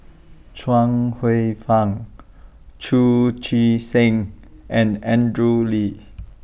Chuang Hsueh Fang Chu Chee Seng and Andrew Lee